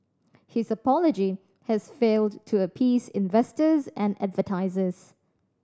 his apology has failed to appease investors and advertisers